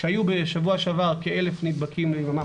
כשהיו בשבוע שעבר כ-1,000 נדבקים ביממה,